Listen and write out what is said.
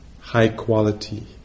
high-quality